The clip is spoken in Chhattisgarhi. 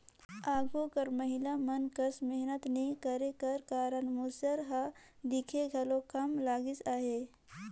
आघु कर महिला मन कस मेहनत नी करे कर कारन मूसर हर दिखे घलो कम लगिस अहे